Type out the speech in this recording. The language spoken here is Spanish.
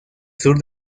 sur